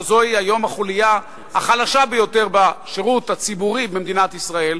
שהם היום החוליה החלשה ביותר בשירות הציבורי במדינת ישראל,